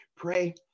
pray